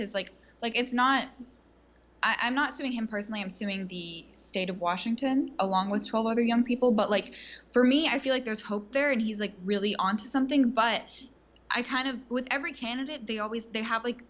his like like it's not i'm not going to him personally i'm suing the state of washington along with twelve other young people but like for me i feel like there's hope there and he's like really on to something but i kind of with every candidate they always they have like